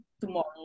tomorrow